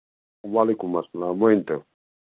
وعلیکُم السلام ؤنۍتو